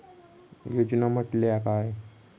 योजना म्हटल्या काय?